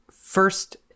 first